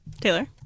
Taylor